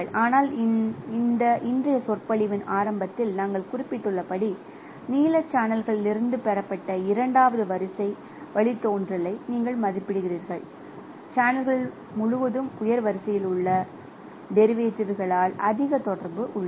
ஆனால் இந்த இன்றைய சொற்பொழிவின் ஆரம்பத்தில் நாங்கள் குறிப்பிட்டுள்ளபடி நீல சேனல்களிலிருந்து பெறப்பட்ட இரண்டாவது வரிசை வழித்தோன்றலை நீங்கள் மதிப்பிடுகிறீர்கள் சேனல்கள் முழுவதும் உயர் வரிசையில் உள்ள டெரிவேட்டிவ்ஸ்க ளில் அதிக தொடர்பு உள்ளது